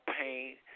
pain